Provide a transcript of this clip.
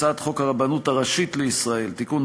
3. הצעת חוק הרבנות הראשית לישראל (תיקון,